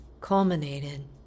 culminated